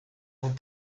dont